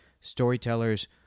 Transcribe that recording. storytellers